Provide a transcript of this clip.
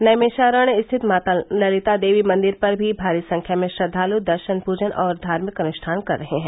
नैमिषारण्य स्थित माता ललिता देवी मंदिर पर भी भारी संख्या में श्रद्वालु दर्शन पूजन और धार्मिक अनुष्ठान कर रहे हैं